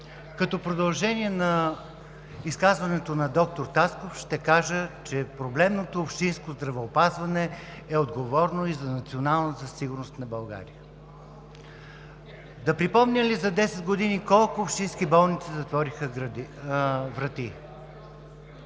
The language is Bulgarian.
Като продължение на изказването на доктор Тасков ще кажа, че проблемното общинско здравеопазване е отговорно и за националната сигурност на България. Да припомня ли за 10 години колко общински болници затвориха врати?